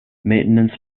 maintenance